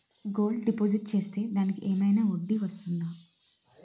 Gold deposit చేస్తే దానికి ఏమైనా వడ్డీ వస్తుందా?